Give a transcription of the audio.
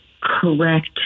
correct